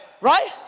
right